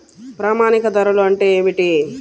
ప్రామాణిక ధరలు అంటే ఏమిటీ?